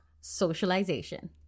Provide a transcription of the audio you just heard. socialization